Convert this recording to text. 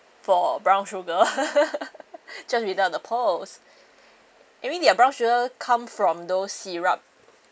for brown sugar just without the pearls I mean their brown sugar come from those syrup